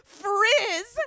frizz